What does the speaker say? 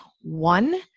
One